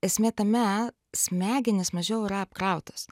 esmė tame smegenys mažiau yra apkrautos